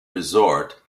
resort